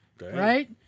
right